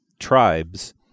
tribes